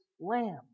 lamb